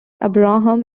abraham